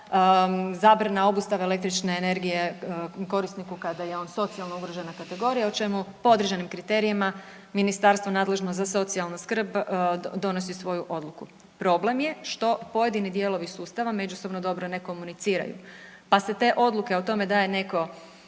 zabrana obustave električne energije korisniku kada je on socijalno ugrožena kategorija o čemu po određenim kriterijima ministarstvo nadležno za socijalnu skrb donosi svoju odluku. Problem je što pojedini dijelovi sustava međusobno dobro ne komuniciraju pa se te odluke o tome da je netko